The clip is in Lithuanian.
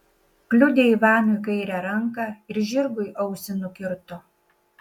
kliudė ivanui kairę ranką ir žirgui ausį nukirto